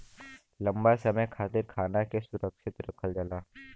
लंबा समय खातिर खाना के सुरक्षित रखल जाला